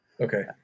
okay